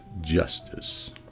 justice